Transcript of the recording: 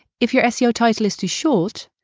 if you seo title is too short,